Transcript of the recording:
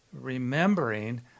remembering